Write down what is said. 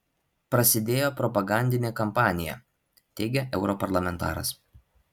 prasidėjo propagandinė kampanija teigia europarlamentaras